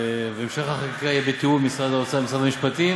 והמשך החקיקה יהיה בתיאום עם משרד האוצר ומשרד המשפטים,